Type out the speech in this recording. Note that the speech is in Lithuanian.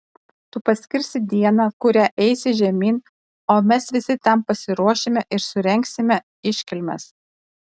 tu paskirsi dieną kurią eisi žemyn o mes visi tam pasiruošime ir surengsime iškilmes